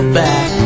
back